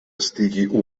estigui